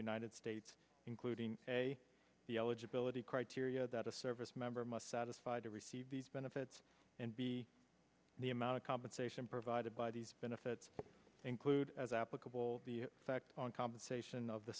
united states including the eligibility criteria that a service member must satisfy to receive these benefits and be the amount of compensation provided by these benefits include as applicable the fact on compensation of the